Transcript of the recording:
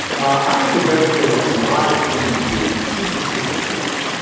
i'm going to go through a lot of things here, super, super quickly.